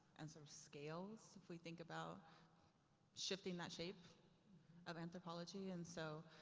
and sort of scales, if we think about shifting that shape of anthropology. and so,